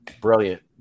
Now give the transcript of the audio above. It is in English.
Brilliant